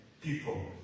people